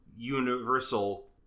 Universal